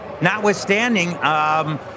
notwithstanding